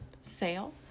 sale